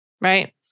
right